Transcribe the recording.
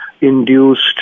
induced